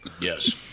Yes